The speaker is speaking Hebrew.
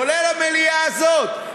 כולל המליאה הזאת,